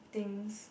things